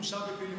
מורשע בפלילים,